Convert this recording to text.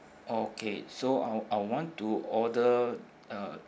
okay so I I want to order uh